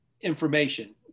information